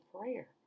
prayer